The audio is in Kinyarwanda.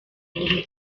buri